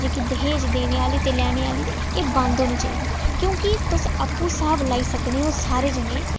जेह्की दाज देने आह्ली ते लैने आह्ली एह् बंद होनी चाहिदी क्योंकि तुस आपूं स्हाब लाई सकने ओ सारे जनें